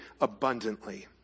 abundantly